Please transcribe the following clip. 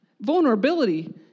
Vulnerability